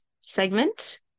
segment